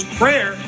prayer